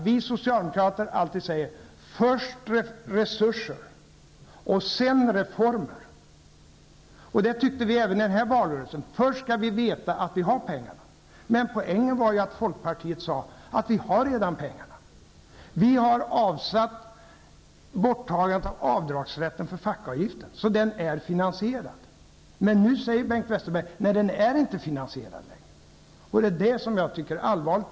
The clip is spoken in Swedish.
Vi socialdemokrater säger alltid: Först resurser, sedan reformer. Det tyckte vi även i den senaste valrörelsen. Först skall vi veta att vi har pengar. Poängen var att folkpartiet sade att pengar redan fanns. Avdragsrätten för fackavgiften är borttagen. Det finns således en finansiering. Men nu säger Bengt Westerberg att det inte längre finns en finansiering. Det är detta som jag tycker är allvarligt.